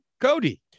Cody